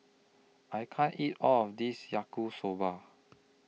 I can't eat All of This Yaki Soba